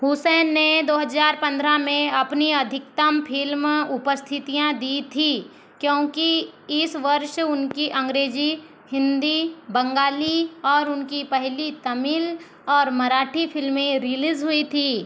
हुसैन ने दो हजार पन्द्रह में अपनी अधिकतम फिल्म उपस्थितियाँ दी थीं क्योंकि इस वर्ष उनकी अंग्रेजी हिंदी बंगाली और उनकी पहली तमिल और मराठी फिल्में रिलीज़ हुई थीं